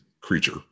creature